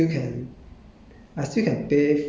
不是还说很贵 lah but